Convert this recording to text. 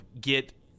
get